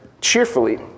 cheerfully